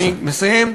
אני מסיים.